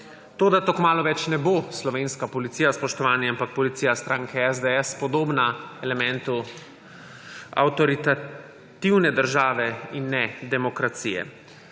To kmalu več ne bo slovenska policija, spoštovani, ampak policija stranke SDS, podobna elementu avtoritativne države in ne demokracije.